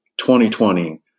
2020